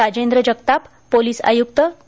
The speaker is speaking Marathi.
राजेंद्र जगताप पोलीस आयुक्त के